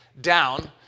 down